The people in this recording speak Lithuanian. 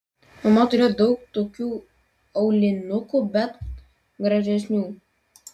mama turėjo daug tokių aulinukų bet gražesnių